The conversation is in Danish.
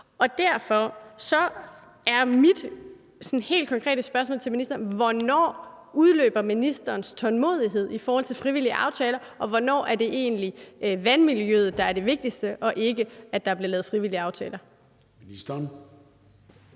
Derfor er mit sådan helt konkrete spørgsmål til ministeren: Hvornår udløber ministerens tålmodighed i forhold til frivillige aftaler, og hvornår er det egentlig vandmiljøet, der er det vigtigste, og ikke det, at der bliver lavet frivillige aftaler?